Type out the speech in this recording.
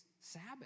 Sabbath